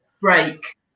break